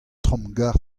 tramgarr